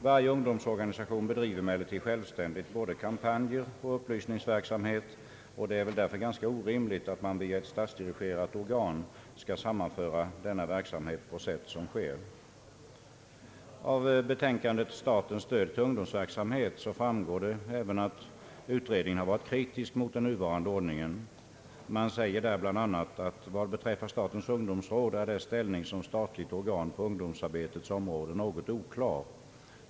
Varje ungdomsorganisation bedriver emellertid självständigt både kampanjer och upplysningsverksamhet, och det är väl därför ganska orimligt att via ett statsdirigerat organ sammanföra denna verksamhet på det sätt som nu sker, Av betänkandet »Statens stöd till ungdomsverksamhet» framgår även att utredningen varit kritisk mot den nuvarande ordningen. Man säger där bl.a.: »Vad beträffar statens ungdomsråd är dess ställning som statligt organ på ungdomsarbetets område något oklar.